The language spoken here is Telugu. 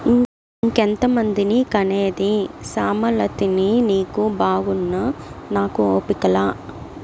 ఇంకెంతమందిని కనేది సామలతిని నీకు బాగున్నా నాకు ఓపిక లా